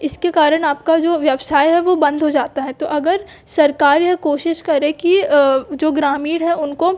इसके कारण आपका जो व्यवसाय है वो बंद हो जाता है तो अगर सरकार यह कोशिश करें कि जो ग्रामीण है उनको